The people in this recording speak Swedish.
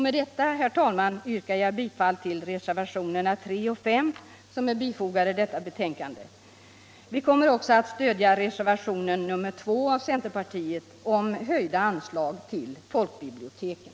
Med detta, herr talman, yrkar jag bifall till reservationerna 3 och 5, som är bifogade förevarande betänkande. Vi kommer också att stödja reservationen 2 av utskottets centerpartister om höjda anslag till folkbiblioteken.